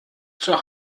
zur